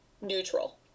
neutral